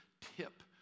tip